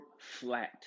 flat